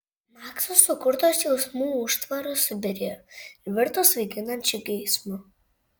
makso sukurtos jausmų užtvaros subyrėjo ir virto svaiginančiu geismu